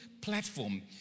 platform